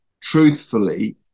truthfully